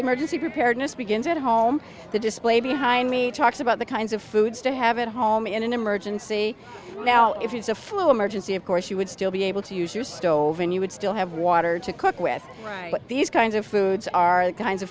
emergency preparedness begins at home the display behind me talks about the kinds of foods to have at home in an emergency now if it's a flu emergency of course you would still be able to use your stove and you would still have water to cook with but these kinds of foods are the kinds of